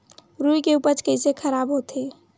रुई के उपज कइसे खराब होथे?